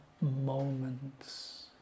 moments